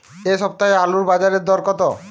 এ সপ্তাহে আলুর বাজার দর কত?